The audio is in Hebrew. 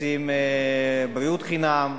רוצים בריאות חינם.